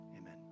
amen